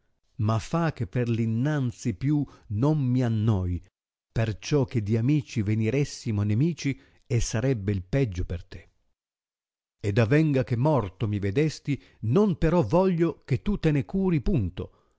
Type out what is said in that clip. ma fa che per l innanzi più non mi annoi perciò che di amici veniressimo nemici e sarebbe il peggio per te ed avenga che morto mi vedesti non però voglio che tu te ne curi punto